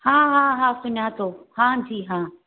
हा हा हा सुञातो हां जी हा